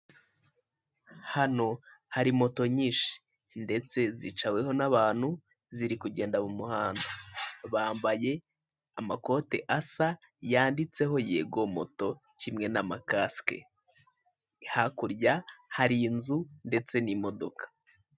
Hano hari moto nyinshi ndetse zicaweho n'abantu ziri kugenda mu muhanda, bambaye amakote asa yanditseho yego moto kimwe n'amakasike, hakurya hari inzu ndetse n'imodoka.